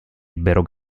ebbero